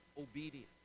obedience